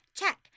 Check